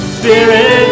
spirit